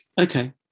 okay